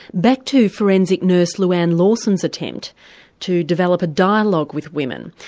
back to forensic nurse louanne lawson's attempt to develop a dialogue with women.